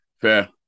fair